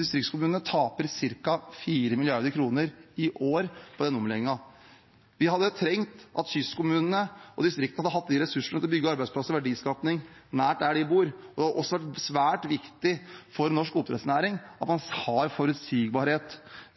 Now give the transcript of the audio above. distriktskommunene, taper ca. 4 mrd. kr i år på den omleggingen. Vi hadde trengt at kystkommunene og distriktene hadde hatt de ressursene til å bygge arbeidsplasser og skape verdier nær der de bor, og det er også svært viktig for norsk oppdrettsnæring at en har forutsigbarhet